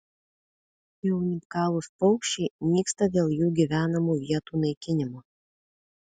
šie unikalūs paukščiai nyksta dėl jų gyvenamų vietų naikinimo